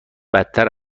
بدتر